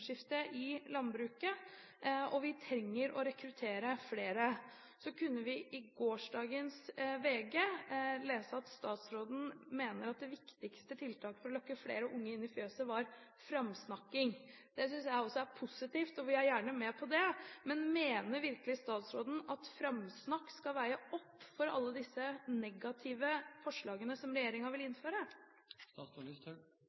i landbruket, og vi trenger å rekruttere flere. Så kunne vi i gårsdagens VG lese at statsråden mener at det viktigste tiltaket for å lokke flere unge inn i fjøset var «framsnakk». Det synes jeg også er positivt, og vi er gjerne med på det. Men mener virkelig statsråden at «framsnakk» skal veie opp for alle disse negative forslagene som regjeringen vil